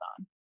on